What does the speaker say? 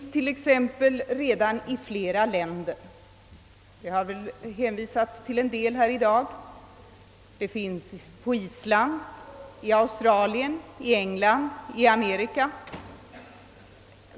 Sabbatsår finns redan i flera länder, t.ex. i Island, i Australien, England och Amerika.